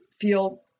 feel